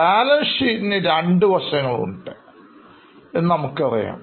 balance ഷീറ്റിന് രണ്ട് വശങ്ങൾ ഉണ്ട് എന്ന് നമുക്കറിയാം